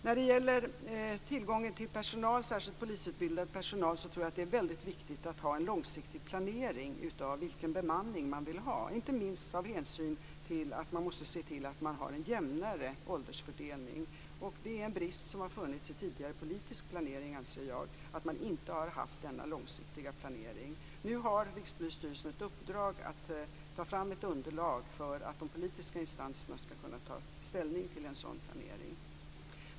När det gäller tillgången till personal - särskilt polisutbildad personal - tror jag att det är väldigt viktigt att ha en långsiktig planering av vilken bemanning man vill ha, inte minst av hänsyn till att man måste se till att man har en jämnare åldersfördelning. Att man inte har haft denna långsiktiga planering är en brist som har funnits i tidigare politisk planering, anser jag. Nu har Rikspolisstyrelsen ett uppdrag att ta fram ett underlag för att de politiska instanserna skall kunna ta ställning till en sådan planering.